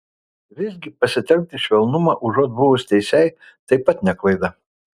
visgi pasitelkti švelnumą užuot buvus teisiai taip pat ne klaida